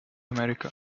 america